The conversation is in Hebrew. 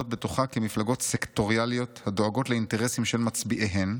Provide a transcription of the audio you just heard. בתוכה כמפלגות סקטוריאליות הדואגות לאינטרסים של מצביעיהן,